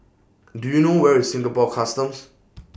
Do YOU know Where IS Singapore Customs